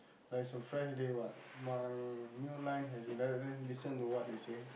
like it's a fresh day what my Mio line has never even listen to what they say